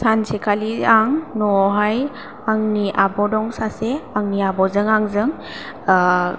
सानसेखालि आं न'आव हाय आंनि आब' दं सासे आंनि आब'जों आंजों